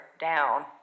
down